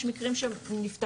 יש מקרים שנפתחים,